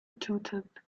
toothed